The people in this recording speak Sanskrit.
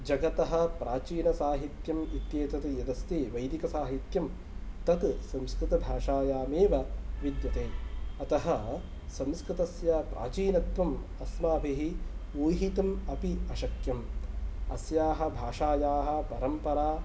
जगतः प्राचीनसाहित्यम् इति एतद् यद् अस्ति वैदिकसाहित्यं तत् संस्कृतभाषायामेव विद्यते अतः संस्कृतस्य प्राचीनत्वम् अस्माभिः ऊहितुम् अपि अशक्यम् अस्याः भाषायाः परम्परा